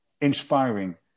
inspiring